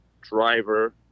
driver